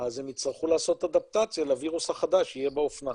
הם יצטרכו לעשות אדפטציה לווירוס החדש שיהיה באופנה,